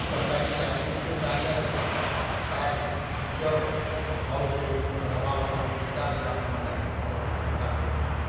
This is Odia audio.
ସରକାରୀ ଚାକିରୀ ଗୁଟେ ପାଏଲେ ତାର୍ ଫ୍ୟୁଚର୍ ଭଲ୍ ହେଇ ରହେବା ବଲିକରି ଇଟା ବି ଆମେମାନେ ସବୁ ଚିନ୍ତା କରୁଛୁଁ